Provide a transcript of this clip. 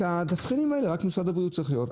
את התבחינים האלה משרד הבריאות צריך לקבוע.